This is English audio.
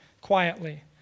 quietly